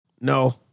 no